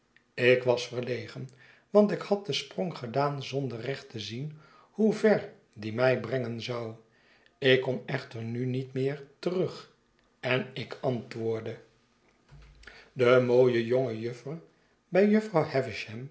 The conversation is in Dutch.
ik was verlegen want ik had den sprong gedaan zonder recht te zien hoe ver die mij brengen zou ik kon echter nu niet meer terug en ik antwoordde de mooie jonge j utter bij jufvrouw